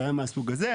שהיה מהסוג הזה,